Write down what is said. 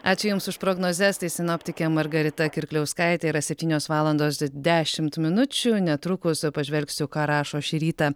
ačiū jums už prognozes tai sinoptikė margarita kirkliauskaitė yra septynios valandos dešimt minučių netrukus pažvelgsiu ką rašo šį rytą